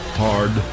hard